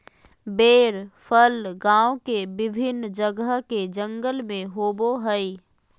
बेर फल गांव के विभिन्न जगह के जंगल में होबो हइ